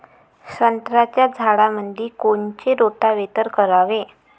संत्र्याच्या झाडामंदी कोनचे रोटावेटर करावे?